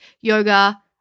yoga